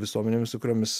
visuomenėms su kuriomis